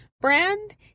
brand